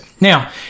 Now